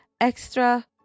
extra